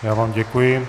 Já vám děkuji.